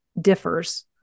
differs